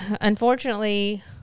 unfortunately